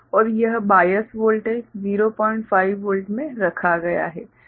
और यह bias voltage 05 volt में रखा गया है